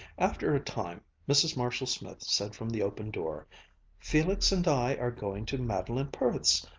after a time, mrs. marshall-smith said from the open door felix and i are going to madeleine perth's.